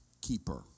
keeper